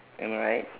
am I right